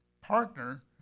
partner